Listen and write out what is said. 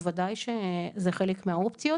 בוודאי שזה חלק מהאופציות.